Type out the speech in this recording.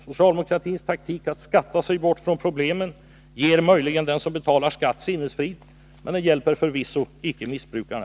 Socialdemokratins taktik att skatta sig bort från problemen ger möjligen dem som betalar skatt sinnesfrid, men hjälper förvisso icke missbrukarna.